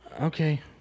Okay